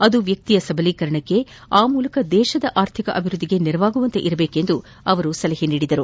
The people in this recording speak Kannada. ಅದು ವ್ಯಕ್ತಿಯ ಸಬಲೀಕರಣಕ್ಕೆ ಅಮೂಲಕ ದೇಶದ ಆರ್ಥಿಕ ಅಭಿವೃದ್ದಿಗೆ ನೆರವಾಗುವಂತೆ ಇರಬೇಕು ಎಂದು ಸಲಹೆ ನೀಡಿದರು